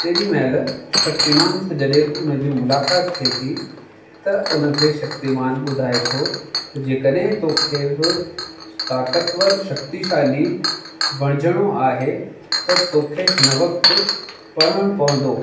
तेॾी महिल शक्तिमान सां जॾहिं उन जी मुलाक़ात थिए थी त उन खे शक्तिमान ॿुधाए थो जेकॾहिं तोखे बि ताक़तवर शक्तिशाली बणजणो आहे त तोखे हिन वक़्तु पढ़णु पवंदो